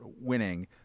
winning